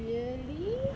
really